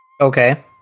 Okay